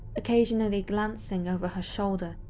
occasionally glancing over her shoulder,